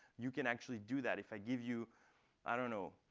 you can actually do that. if i give you i don't know,